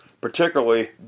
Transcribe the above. particularly